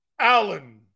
Allen